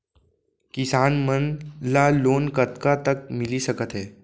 किसान मन ला लोन कतका तक मिलिस सकथे?